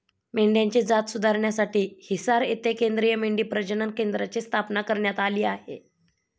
मेंढ्यांची जात सुधारण्यासाठी हिसार येथे केंद्रीय मेंढी प्रजनन केंद्राची स्थापना करण्यात आली आहे